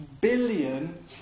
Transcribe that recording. billion